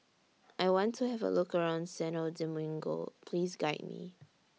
I want to Have A Look around Santo Domingo Please Guide Me